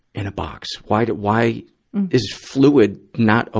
in a box? why do, why is fluid not o,